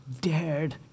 dared